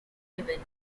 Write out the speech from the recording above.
heaven